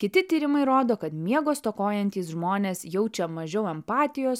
kiti tyrimai rodo kad miego stokojantys žmonės jaučia mažiau empatijos